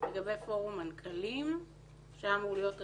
לגבי פורום מנכ"לים שהיה אמור להיות רווחה,